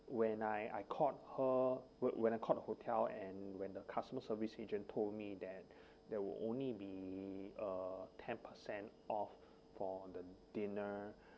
when I I called her when when I call the hotel and when the customer service agent told me that there will only be a ten per cent off for the dinner